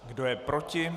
Kdo je proti?